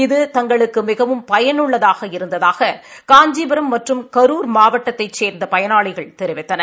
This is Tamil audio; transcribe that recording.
இது தங்களுக்கு மிகவும் பயனுள்ளதாக இருந்ததாக காஞ்சிபுரம் மற்றும் கரூர் மாவட்டத்தைச் சே்ந்த பயனாளிகள் தெரிவித்தனர்